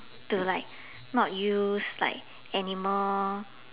to like not use like animal